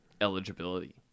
eligibility